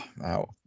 wow